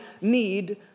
need